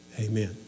amen